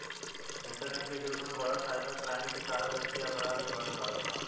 internet के जुग में बढ़त साइबर क्राइम के कारण वित्तीय अपराध भी बढ़ रहल बा